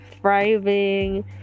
thriving